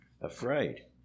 afraid